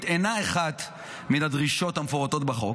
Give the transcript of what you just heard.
אינה אחת מן הדרישות המפורטות בחוק.